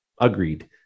Agreed